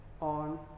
on